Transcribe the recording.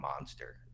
monster